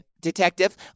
detective